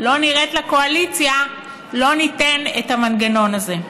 לא נראה לקואליציה לא ניתן את המנגנון הזה.